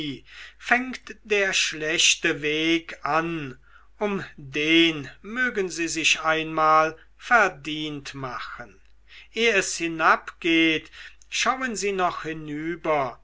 fängt der schlechte weg an um den mögen sie sich einmal verdient machen eh es hinabgeht schauen sie noch hinüber